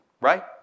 Right